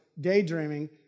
daydreaming